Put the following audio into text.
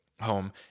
home